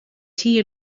tea